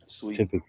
typically